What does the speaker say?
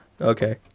Okay